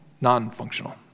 non-functional